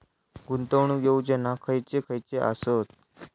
गुंतवणूक योजना खयचे खयचे आसत?